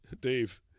Dave